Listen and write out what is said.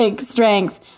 strength